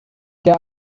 der